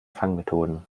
fangmethoden